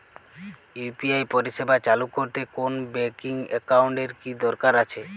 UPI পরিষেবা চালু করতে কোন ব্যকিং একাউন্ট এর কি দরকার আছে?